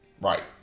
Right